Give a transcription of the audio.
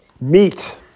Meat